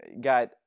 got